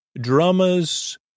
drummers